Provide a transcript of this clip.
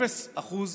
0% ביצוע.